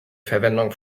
verwendung